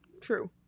True